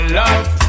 love